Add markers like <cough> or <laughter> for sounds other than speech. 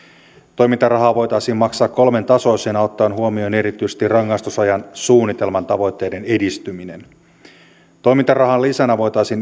toimintarahaa voitaisiin maksaa kolmen tasoisena ottaen huomioon erityisesti rangaistusajan suunnitelman tavoitteiden edistymisen toimintarahan lisänä voitaisiin <unintelligible>